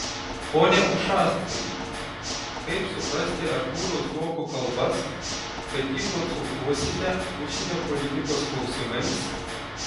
pone ušackai kaip suprasti artūro zuoko kalbas kad jį konsultuosite užsienio politikos klausimais